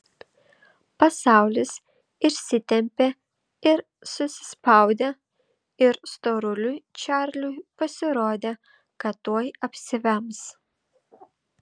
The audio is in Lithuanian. pasaulis išsitempė ir susispaudė ir storuliui čarliui pasirodė kad tuoj apsivems